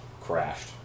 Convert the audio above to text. crashed